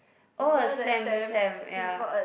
oh Sam Sam ya